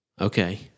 Okay